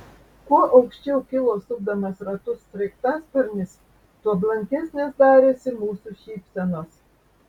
kuo aukščiau kilo sukdamas ratus sraigtasparnis tuo blankesnės darėsi mūsų šypsenos